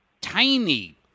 tiny